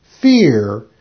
fear